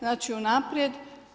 Znači unaprijed.